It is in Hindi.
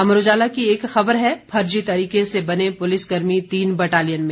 अमर उजाला की एक खबर है फर्जी तरीके से बने पुलिस कर्मी तीन बटालियन में